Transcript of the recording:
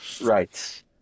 Right